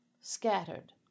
scattered